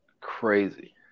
crazy